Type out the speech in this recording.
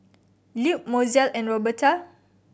Lupe Mozell and Roberta